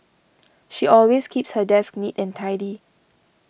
she always keeps her desk neat and tidy